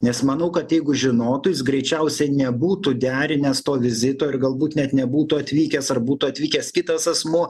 nes manau kad jeigu žinotų jis greičiausiai nebūtų derinęs to vizito ir galbūt net nebūtų atvykęs ar būtų atvykęs kitas asmuo